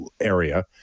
area